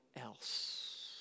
else